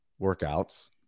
workouts